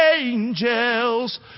angels